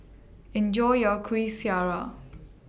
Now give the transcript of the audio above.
Enjoy your Kueh Syara